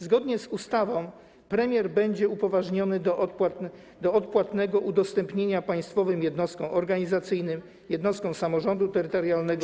Zgodnie z ustawą premier będzie upoważniony do odpłatnego udostępniania państwowym jednostkom organizacyjnym, jednostkom samorządu terytorialnego.